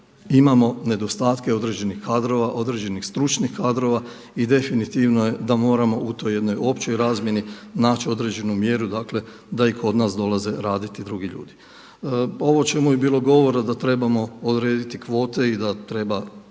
imamo nedostatke određenih kadrova, određenih stručnih kadrova i definitivno je da moramo u toj jednoj općoj razmjeni naći određenu mjeru dakle da i kod nas dolaze raditi drugi ljudi. Ovo o čemu je bilo govora da trebamo odrediti kvote i da treba